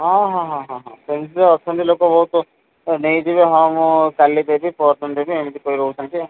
ହଁ ହଁ ହଁ ହଁ ହଁ ସେମିତିରେ ଅଛନ୍ତି ଲୋକ ବହୁତ ନେଇଯିବେ ହଁ ମୁଁ କାଲି ଦେବି ପରଦିନ ଦେବି ଏମିତି କହି ରହୁଛନ୍ତି ଆଉ